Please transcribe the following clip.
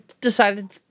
decided